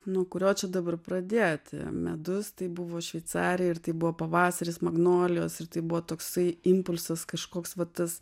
nuo kurio čia dabar pradėti medus tai buvo šveicarija ir tai buvo pavasaris magnolijos ir tai buvo toksai impulsas kažkoks va tas